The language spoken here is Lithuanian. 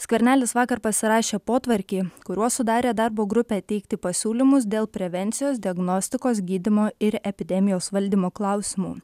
skvernelis vakar pasirašė potvarkį kuriuo sudarė darbo grupę teikti pasiūlymus dėl prevencijos diagnostikos gydymo ir epidemijos valdymo klausimų